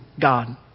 God